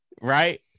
Right